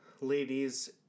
ladies